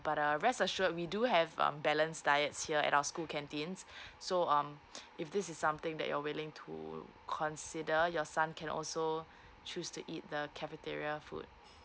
but uh rest assured we do have um balanced diets here at our school canteens so um if this is something that you're willing to consider your son can also choose to eat the cafeteria food